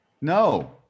No